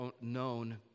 known